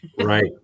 right